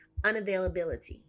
unavailability